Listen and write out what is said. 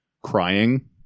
Crying